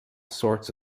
sorts